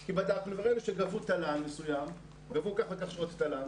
כי בדקנו וראינו שגבו תל"ן מסוים גבו כך וכך שעות תל"ן,